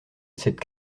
cette